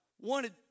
wanted